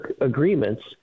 agreements